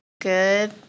Good